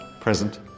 present